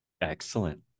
Excellent